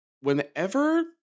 whenever